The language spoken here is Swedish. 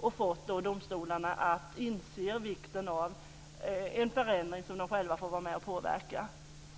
och fått domstolarna att inse vikten av en förändring som de själva får vara med och påverka.